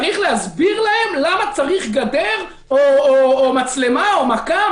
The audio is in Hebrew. צריך להסביר למה צריך גדר או מצלמה או מכ"מ?